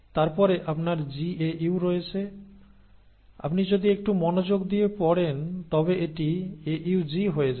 তারপরে আপনার GAU রয়েছে আপনি যদি একটু মনোযোগ দিয়ে পড়েন তবে এটি AUG হয়ে যায়